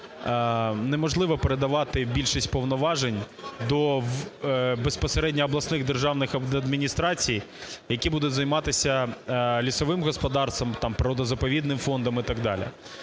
неможливо передавати більшість повноважень до безпосередньо обласних державних адміністрацій, які будуть займатися лісовим господарством, там природно-заповідним фондом і так далі.